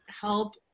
help